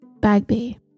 Bagby